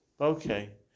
Okay